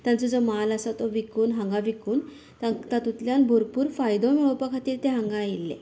ताजो जो म्हाल आसा तो विकून हांगा विकून तांक तातूंतल्यान भरपूर फायदो मेळोपाक खातीर ते हांगा आयिल्ले